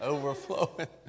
Overflowing